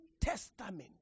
Testament